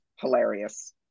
hilarious